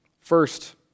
First